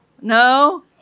no